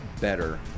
better